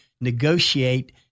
negotiate